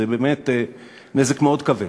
זה באמת נזק מאוד כבד,